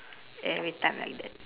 every time like that